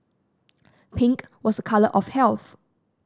pink was a colour of health